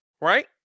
right